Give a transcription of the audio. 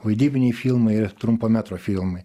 vaidybiniai filmai ir trumpo metro filmai